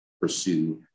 pursue